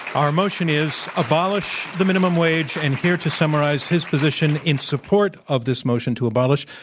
our motion is abolish the minimum wage, and here to summarize his position in support of this motion to abolish,